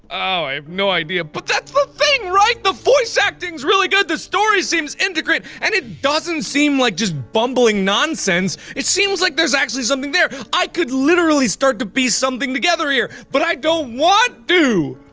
ah i have no idea, but that's the thing, right! the voice acting is really good! the story seems intricate and it doesn't seem like just bumbling nonsense! it seems like there's actually something there i could literally start to piece something together here! but i don't want to!